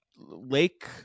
Lake